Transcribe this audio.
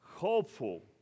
Hopeful